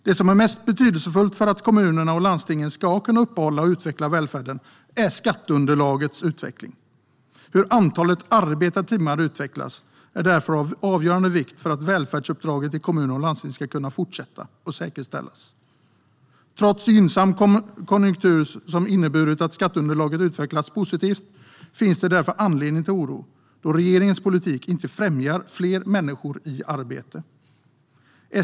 Det som är mest betydelsefullt för att kommuner och landsting ska kunna uppehålla och utveckla välfärden är skatteunderlagets utveckling. Hur antalet arbetade timmar utvecklas är därför av avgörande vikt för att välfärdsuppdraget i kommuner och landsting ska kunna fortsätta och säkerställas. Trots en gynnsam konjunktur, som inneburit att skatteunderlaget utvecklats positivt, finns det anledning till oro då regeringens politik inte främjar fler människor i arbete.